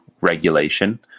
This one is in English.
regulation